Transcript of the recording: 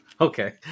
Okay